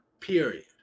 Period